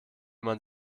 man